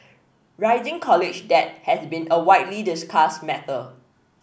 rising college debt has been a widely discussed matter